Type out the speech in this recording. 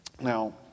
Now